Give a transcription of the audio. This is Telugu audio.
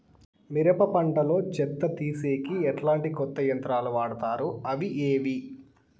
మిరప పంట లో చెత్త తీసేకి ఎట్లాంటి కొత్త యంత్రాలు వాడుతారు అవి ఏవి?